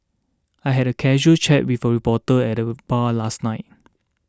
I had a casual chat with a reporter at the bar last night